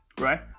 Right